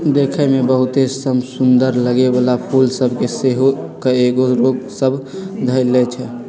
देखय में बहुते समसुन्दर लगे वला फूल सभ के सेहो कएगो रोग सभ ध लेए छइ